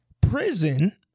Prison